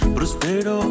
Prospero